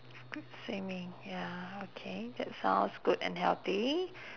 swimming ya okay that sounds good and healthy